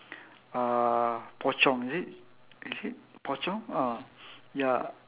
uh pocong is it is it pocong uh ya